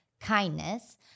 kindness